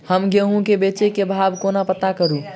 हम गेंहूँ केँ बेचै केँ भाव कोना पत्ता करू?